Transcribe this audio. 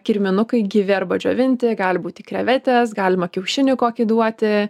kirminukai gyvi arba džiovinti gali būti krevetės galima kiaušinį kokį duoti